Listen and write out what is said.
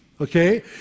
okay